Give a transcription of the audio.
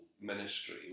ministry